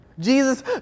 Jesus